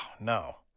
no